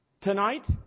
tonight